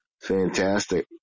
Fantastic